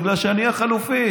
בגלל שאני החלופי.